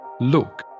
look